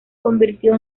convirtió